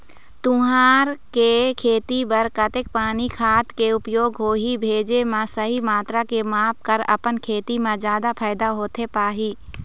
तुंहर के खेती बर कतेक पानी खाद के उपयोग होही भेजे मा सही मात्रा के माप कर अपन खेती मा जादा फायदा होथे पाही?